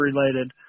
related